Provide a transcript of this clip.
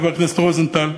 חבר הכנסת רוזנטל.